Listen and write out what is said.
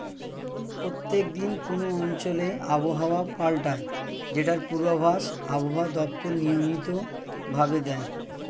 প্রত্যেক দিন কোন অঞ্চলে আবহাওয়া পাল্টায় যেটার পূর্বাভাস আবহাওয়া দপ্তর নিয়মিত ভাবে দেয়